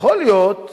יכול להיות,